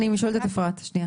לה.